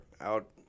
out